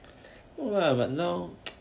no lah but now